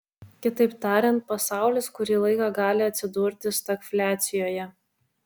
kitaip tariant pasaulis kurį laiką gali atsidurti stagfliacijoje